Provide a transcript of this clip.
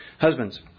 Husbands